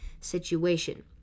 situation